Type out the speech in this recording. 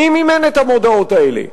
מי מימן את המודעות האלה?